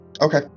Okay